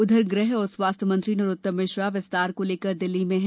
उधर गृह और स्वास्थ्य मंत्री नरोत्तम मिश्रा विस्तार को लेकर दिल्ली में हैं